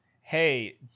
hey